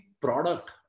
product